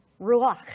ruach